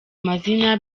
amazina